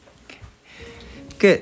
Good